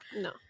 No